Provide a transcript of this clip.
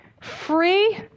free